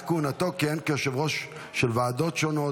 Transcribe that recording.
כהונתו כיהן כיושב-ראש של ועדות שונות,